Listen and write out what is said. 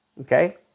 Okay